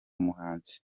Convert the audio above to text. muhanzi